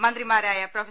മന്ത്രിമാരായ പ്രൊഫ